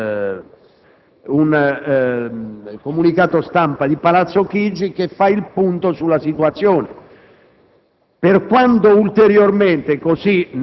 Nella serata è stato diramato un comunicato stampa di Palazzo Chigi che ha fatto il punto sulla situazione.